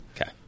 Okay